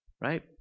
right